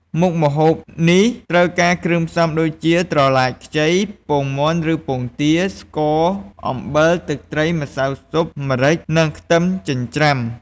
មុខម្ហូបនេះត្រូវការគ្រឿងផ្សំដូចជា ត្រឡាចខ្ចី ពងមាន់ឬពងទា ស្ករ អំបិល ទឹកត្រី ម្សៅស៊ុប ម្រេច និងខ្ទឹមចិញ្រ្ចាំ។